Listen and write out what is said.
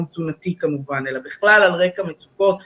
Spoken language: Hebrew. תזונתי אלא בכלל על רקע מצוקות נפשיות,